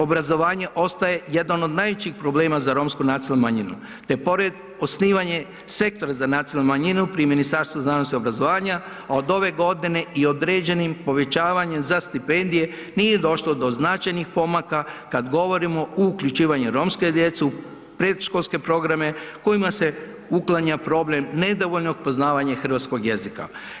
Obrazovanje ostaje jedan od najvećih problema za romsku nacionalnu manjinu, te pored osnivanje sektor za nacionalnu manjinu pri Ministarstvu znanosti i obrazovanja, a od ove godine i određenim povećavanjem za stipendije nije došlo do značajnih pomaka kad govorimo o uključivanju romske djece u predškolske programa kojima se uklanja problem nedovoljnog poznavanja hrvatskog jezika.